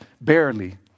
barely